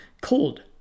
cold